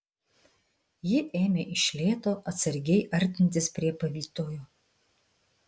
ji ėmė iš lėto atsargiai artintis prie pavytojo